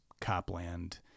Copland